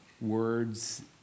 words